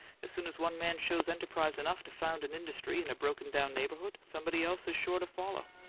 as soon as one man shows enterprise enough to found an industry in a broken-down neighbourhood, somebody else is sure to follow.